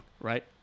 right